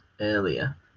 earlier